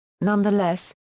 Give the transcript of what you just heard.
Nonetheless